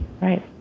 right